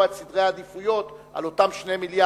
את סדרי העדיפויות על אותם 2 מיליארד.